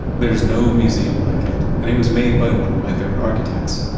there's no museum like it, and it was made by one of my favorite architects,